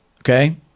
Okay